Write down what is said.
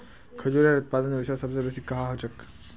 खजूरेर उत्पादन विश्वत सबस बेसी कुहाँ ह छेक